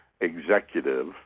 executive